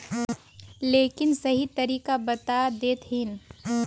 लेकिन सही तरीका बता देतहिन?